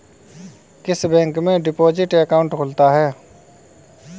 किस बैंक में deposit account खुलता है?